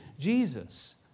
Jesus